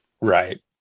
Right